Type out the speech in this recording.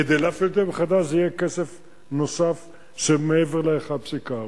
כדי להפעיל את זה מחדש, יהיה כסף נוסף מעבר ל-1.4.